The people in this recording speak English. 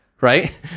right